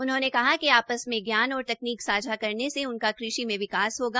उन्होंने कहा कि आपस में ज्ञान और तकनीक सांझा करने से उनका कृषि में विकास होगा